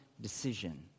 decision